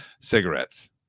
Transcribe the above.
cigarettes